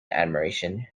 admiration